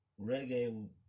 reggae